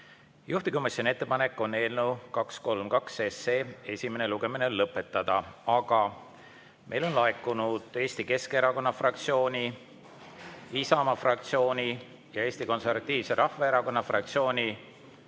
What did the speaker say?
Juhtivkomisjoni ettepanek on eelnõu 232 esimene lugemine lõpetada, aga meile on laekunud Eesti Keskerakonna fraktsiooni, Isamaa fraktsiooni ja Eesti Konservatiivse Rahvaerakonna fraktsiooni